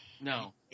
No